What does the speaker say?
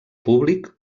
públic